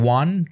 one